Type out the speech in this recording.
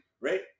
Right